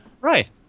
Right